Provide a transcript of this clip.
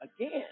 again